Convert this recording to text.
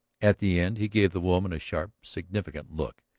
at the end he gave the woman a sharp, significant look.